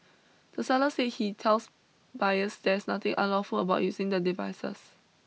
the seller say he tells buyers there's nothing unlawful about using the devices